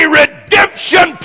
redemption